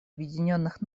объединенных